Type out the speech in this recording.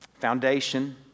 foundation